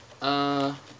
uh